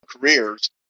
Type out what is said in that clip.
careers